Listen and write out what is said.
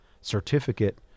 certificate